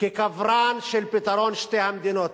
כקברן של פתרון שתי המדינות.